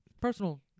Personal